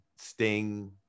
Sting